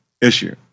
issue